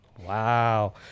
Wow